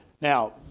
Now